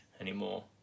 anymore